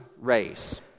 race